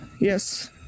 yes